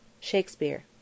Shakespeare